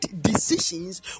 decisions